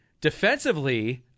defensively